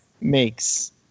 makes